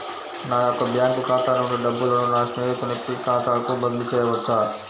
నా యొక్క బ్యాంకు ఖాతా నుండి డబ్బులను నా స్నేహితుని ఖాతాకు బదిలీ చేయవచ్చా?